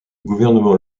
gouvernement